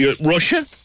Russia